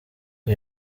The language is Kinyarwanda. ngo